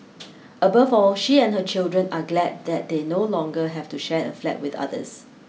above all she and her children are glad that they no longer have to share a flat with others